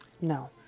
No